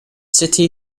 city